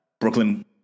Brooklyn